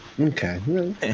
Okay